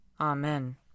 Amen